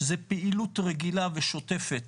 זה פעילות רגילה ושוטפת,